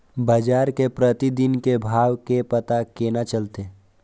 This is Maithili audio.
बजार के प्रतिदिन के भाव के पता केना चलते?